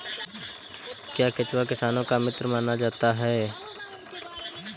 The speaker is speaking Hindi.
क्या केंचुआ किसानों का मित्र माना जाता है?